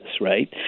right